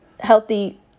healthy